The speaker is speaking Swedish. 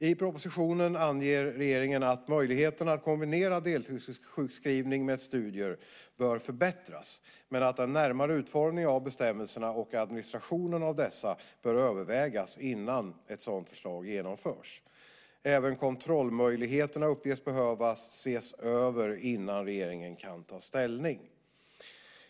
I propositionen anger regeringen att möjligheterna att kombinera deltidssjukskrivning med studier bör förbättras men att den närmare utformningen av bestämmelserna och administrationen av dessa bör övervägas innan ett sådant förslag genomförs. Även kontrollmöjligheterna uppges behöva ses över innan regeringen kan ta ställning.